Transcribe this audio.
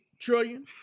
trillion